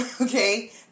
okay